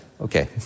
okay